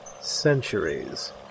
centuries